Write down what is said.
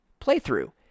playthrough